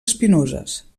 espinoses